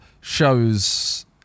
shows